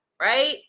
right